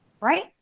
Right